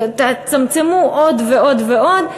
תצמצמו עוד ועוד ועוד,